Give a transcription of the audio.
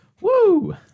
Woo